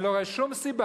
אני לא רואה שום סיבה,